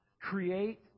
create